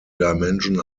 dimension